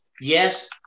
Yes